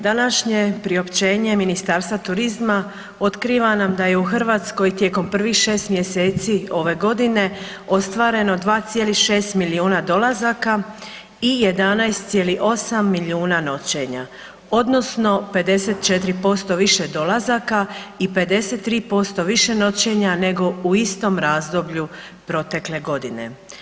Današnje priopćenje Ministarstva turizma otkriva nam da je u Hrvatskoj tijekom prvih 6 mjeseci ove godine ostvareno 2,6 milijuna dolazaka i 11,8 milijuna noćenja odnosno 54% više dolazaka i 53% više noćenja nego u istom razdoblju protekle godine.